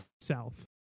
south